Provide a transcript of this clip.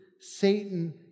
Satan